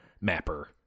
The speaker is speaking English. mapper